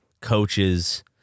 coaches